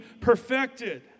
perfected